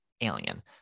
alien